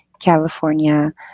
California